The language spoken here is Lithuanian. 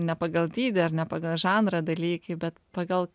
ne pagal dydį ar ne pagal žanrą dalykai bet pagal